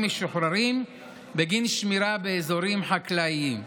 משוחררים בגין שמירה באזורים חקלאיים.